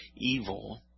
evil